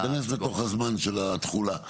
טוב, זה ייכנס לזמן של התכולה.